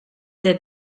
said